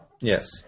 Yes